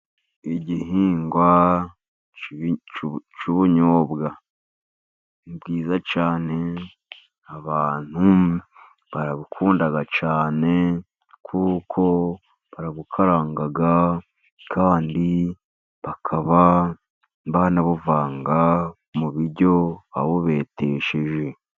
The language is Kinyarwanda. Igihingwa cy'ubunyobwa. Ni bwiza cyane, abantu barabukunda cyane, kuko barabukaranga kandi bakaba banabuvanga mu biryo, babubetesheje.